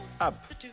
up